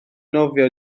nofio